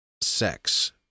sex